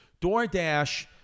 DoorDash